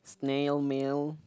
snail mail